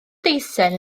deisen